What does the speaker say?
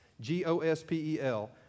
G-O-S-P-E-L